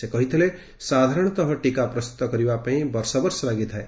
ସେ କହିଥିଲେ ସାଧାରଣତଃ ଟୀକା ପ୍ରସ୍ତୁତ କରିବା ପାଇଁ ବର୍ଷ ବର୍ଷ ଲାଗିଥାଏ